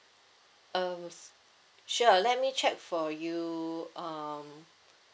um s~ sure let me check for you um